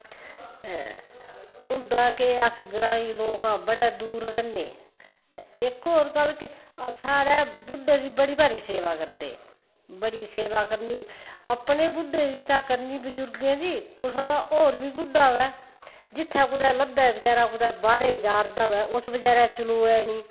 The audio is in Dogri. ते हुंदा केह् अस ग्राईं लोक आं बड़े दूर रैह्ने ते इक होर गल्ल के साढ़ै बुड्डे दी बड़ी भारी सेवा करदे बड़ी सेवा करनी अपने बुड्डें दी तां करनी बजुर्गें दी कुसे दा होर बी बुड्डा होऐ जित्थै कुतै लब्भै बचैरा कुतै बाह्रे जारदा होऐ उस बचारै चलोऐ निं